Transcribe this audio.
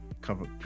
cover